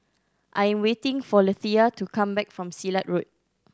I am waiting for Lethia to come back from Silat Road